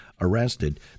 arrested